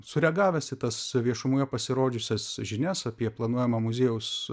sureagavęs į tas viešumoje pasirodžiusias žinias apie planuojamą muziejaus